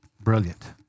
Brilliant